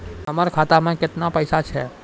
हमर खाता मैं केतना पैसा छह?